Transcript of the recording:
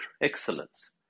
excellence